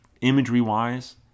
imagery-wise